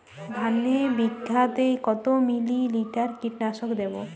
ধানে বিঘাতে কত মিলি লিটার কীটনাশক দেবো?